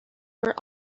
were